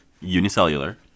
unicellular